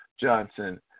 Johnson